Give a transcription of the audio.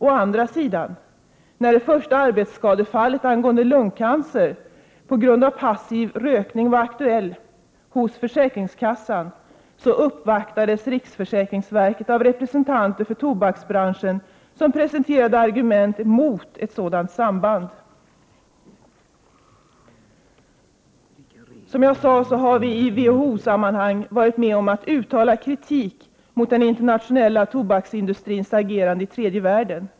Å andra sidan: När det första arbetsskadefallet angående lungcancer på grund av passiv rökning var aktuellt hos försäkringskassa uppvaktades riksförsäkringsverket av representanter för tobaksbranschen som presenterade argument mot ett sådant samband. Som jag redan sagt har vi i WHO-sammanhang varit med om att uttala kritik mot den internationella tobaksindustrins agerande i tredje världen.